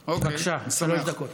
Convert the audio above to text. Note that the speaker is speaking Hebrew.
בבקשה, שלוש דקות.